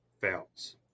fails